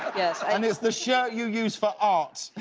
and it's the shirt you use for art.